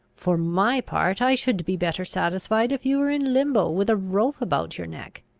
for my part, i should be better satisfied if you were in limbo, with a rope about your neck,